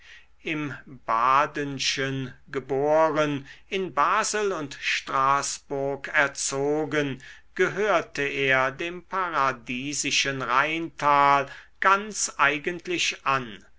im badenschen geboren in basel und straßburg erzogen gehörte er dem paradiesischen rheintal ganz eigentlich an